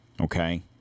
okay